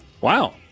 wow